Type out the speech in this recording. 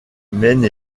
maine